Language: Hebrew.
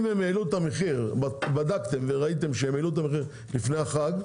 אם בדקתם וראיתם שהם העלו את המחיר לפני החג,